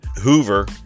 Hoover